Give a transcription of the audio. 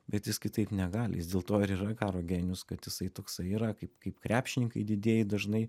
bet jis kitaip negali jis dėl to ir yra karo genijus kad jisai toksai yra kaip kaip krepšininkai didieji dažnai